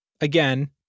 Again